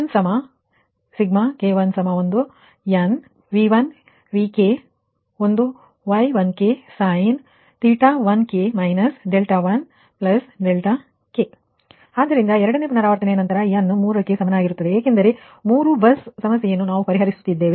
P1k1nV1Vk|Y1k|cos θ1k 1k Q1k1nV1Vk|Y1k|sin θ1k 1k ಆದ್ದರಿಂದ ಎರಡನೇ ಪುನರಾವರ್ತನೆಯ ನಂತರ n 3ಕ್ಕೆ ಸಮಾನವಾಗಿರುತ್ತದೆ ಏಕೆಂದರೆ ಮೂರು ಬಸ್ ಸಮಸ್ಯೆಯನ್ನು ನಾವು ಪರಿಗಣಿಸುತ್ತಿದ್ದೇವೆ